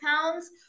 pounds